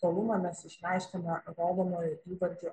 tolumą mes išreiškiame rodomojo įvardžio